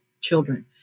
children